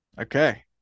Okay